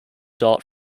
dart